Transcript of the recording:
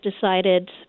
decided